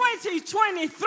2023